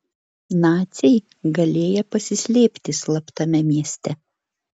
naciai galėję pasislėpti slaptame mieste